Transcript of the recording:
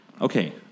okay